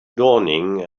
dawning